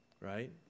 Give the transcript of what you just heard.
Right